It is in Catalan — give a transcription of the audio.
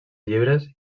llibres